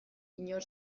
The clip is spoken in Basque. inor